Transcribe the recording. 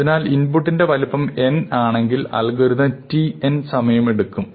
അതിനാൽ ഇൻപുട്ടിന്റെ വലുപ്പം n ആണെങ്കിൽ അൽഗോരിതം t സമയമെടുക്കും